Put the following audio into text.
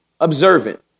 observant